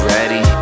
ready